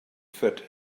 foot